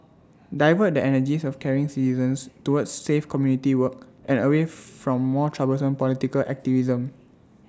divert the energies of caring citizens towards safe community work and away from more troublesome political activism